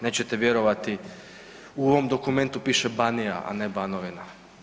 Nećete vjerovati u ovom dokumentu piše Banija, a ne Banovina.